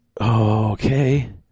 Okay